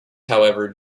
however